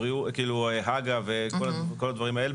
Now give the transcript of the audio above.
הג"א וכל הדברים האלה,